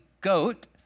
goat